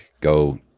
go